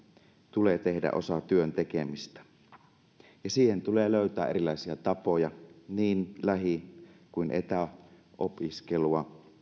tulee tehdä osa työn tekemistä ja siihen tulee löytää erilaisia tapoja niin lähi kuin etäopiskelua